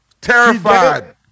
Terrified